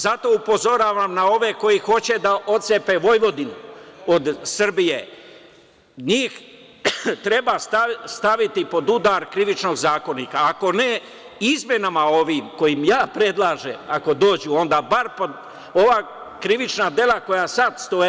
Zato upozoravam na ove koji hoće da otcepe Vojvodinu od Srbije, njih treba staviti pod udar Krivičnog zakonika, a ako ne izmenama ovim kojim ja predlažem, ako dođu, onda bar ova krivična dela koja sada stoje.